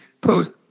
post